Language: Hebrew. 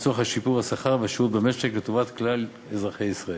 לצורך שיפור השכר והשירות במשק לטובת כלל אזרחי ישראל.